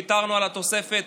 ויתרנו על התוספת